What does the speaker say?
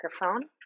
microphone